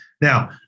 Now